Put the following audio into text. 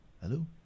Hello